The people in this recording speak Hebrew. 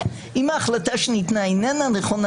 אם ההחלטה שניתנה איננה נכונה,